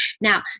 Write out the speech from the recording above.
Now